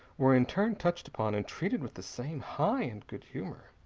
were in turn touched upon and treated with the same high and good humor.